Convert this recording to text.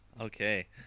Okay